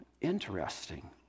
interesting